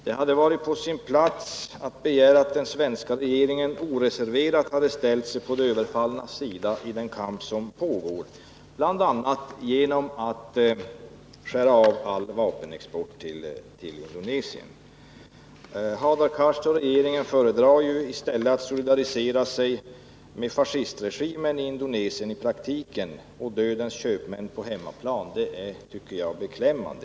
Det hade varit på sin plats att den svenska regeringen oreserverat hade ställt sig på de överfallnas sida i den kamp som pågår, bl.a. genom att skära av all vapenexport till Indonesien. Hadar Cars och regeringen föredrar i stället att i praktiken solidarisera sig med fascistregimen i Indonesien och dödens köpmän på hemmaplan. Det är, tycker jag, beklämmande.